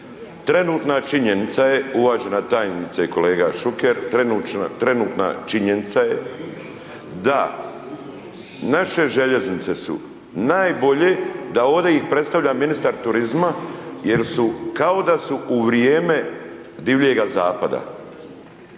Trenutna činjenica je uvažena tajnice i kolega Šuker, trenutna činjenica je da naše željeznice su najbolje da ovdje ih predstavlja ministar turizma jer su kao da su u vrijeme Divljega zapada.